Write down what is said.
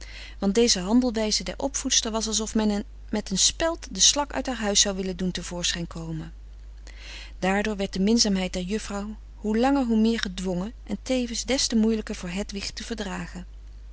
want deze handelwijze der opvoedster was alsof men met een speld de slak uit haar huis zou willen doen te voorschijn komen daardoor werd de minzaamheid der juffrouw hoe langer hoe meer gedwongen en tevens des te moeielijker voor hedwig te verdragen